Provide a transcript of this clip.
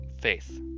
Faith